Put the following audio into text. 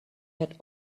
had